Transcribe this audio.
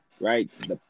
right